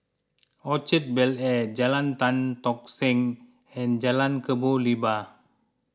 Orchard Bel Air Jalan Tan Tock Seng and Jalan Kebun Limau